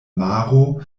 maro